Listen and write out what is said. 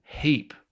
heap